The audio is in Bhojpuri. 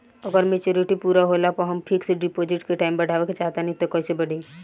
अगर मेचूरिटि पूरा होला पर हम फिक्स डिपॉज़िट के टाइम बढ़ावे के चाहिए त कैसे बढ़ी?